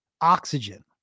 oxygen